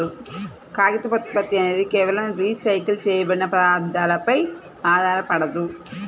కాగితపు ఉత్పత్తి అనేది కేవలం రీసైకిల్ చేయబడిన పదార్థాలపై ఆధారపడదు